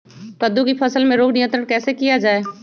कददु की फसल में रोग नियंत्रण कैसे किया जाए?